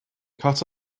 cut